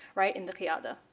right? in the qiyada.